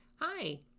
Hi